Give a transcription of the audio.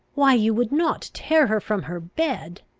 why, you would not tear her from her bed?